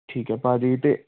ਠੀਕ ਹੈ ਭਾਅ ਜੀ ਅਤੇ